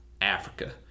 Africa